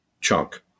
chunk